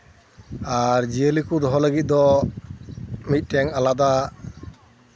ᱟᱨ ᱡᱤᱭᱟᱹᱞᱤ ᱠᱚ ᱫᱚᱦᱚ ᱞᱟᱹᱜᱤᱫ ᱫᱚ ᱢᱤᱫᱴᱮᱱ ᱟᱞᱟᱫᱟ